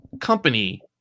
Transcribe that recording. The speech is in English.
company